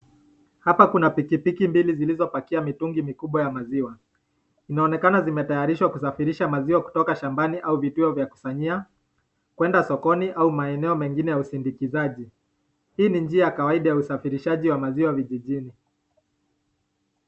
Hapa kuna pikipiki mbili zilizo pakiwa mitungi mikubwa ya maziwa. Inaonekana imetayatishwa kusafirisha maziwa kutoka shambani au vituo vya kusanyia kuensa sokoni au maeneo mengine ya usindikizaji. Hii ni njia ya kuwasaidia